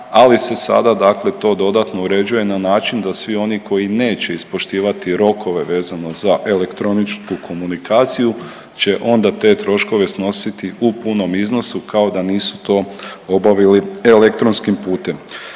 ali se sada dakle to dodatno uređuje na način da svi oni koji neće ispoštivati rokove vezano za elektroničku komunikaciju će onda te troškove snositi u punom iznosu kao da nisu to obavili elektronskim putem.